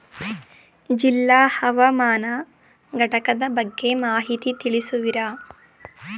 ಜಿಲ್ಲಾ ಹವಾಮಾನ ಘಟಕದ ಬಗ್ಗೆ ಮಾಹಿತಿ ತಿಳಿಸುವಿರಾ?